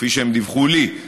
כפי שהם דיווחו לי,